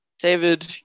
David